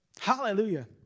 Hallelujah